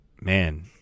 man